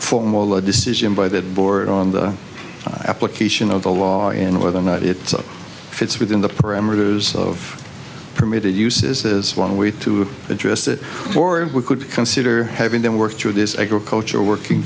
formal a decision by the board on the application of the law and whether or not it fits within the parameters of permitted use is one way to address that we could consider having them work through this agricultural working